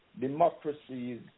democracies